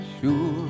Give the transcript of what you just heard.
sure